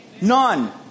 none